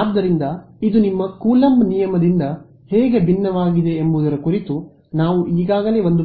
ಆದ್ದರಿಂದ ಇದು ನಿಮ್ಮ ಕೂಲಂಬ್ ನಿಯಮದಿಂದ ಹೇಗೆ ಭಿನ್ನವಾಗಿದೆ ಎಂಬುದರ ಕುರಿತು ನಾವು ಈಗಾಗಲೇ ಒಂದು